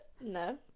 no